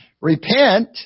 Repent